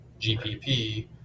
GPP